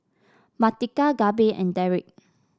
Martika Gabe and Derik